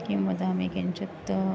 किम् वदामि किञ्चित्